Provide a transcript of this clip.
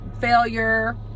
failure